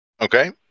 Okay